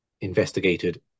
investigated